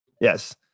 Yes